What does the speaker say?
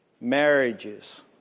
marriages